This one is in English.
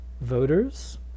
voters